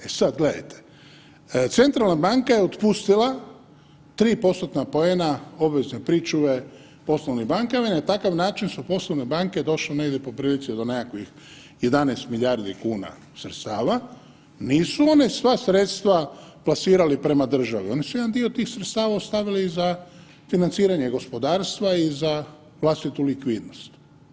E sad gledajte, centralna banka je otpustila 3 postotna poena obvezne pričuve poslovnim bankama i na takav način su poslovne banke došle negdje po prilici do nekakvih 11 milijardi kuna sredstava, nisu one sva sredstva plasirali prema državi, oni su jedan dio tih sredstava ostavili i za financiranje gospodarstva i za vlastitu likvidnost.